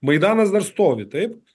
maidanas dar stovi taip